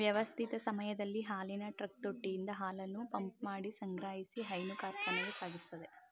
ವ್ಯವಸ್ಥಿತ ಸಮಯದಲ್ಲಿ ಹಾಲಿನ ಟ್ರಕ್ ತೊಟ್ಟಿಯಿಂದ ಹಾಲನ್ನು ಪಂಪ್ಮಾಡಿ ಸಂಗ್ರಹಿಸಿ ಹೈನು ಕಾರ್ಖಾನೆಗೆ ಸಾಗಿಸ್ತದೆ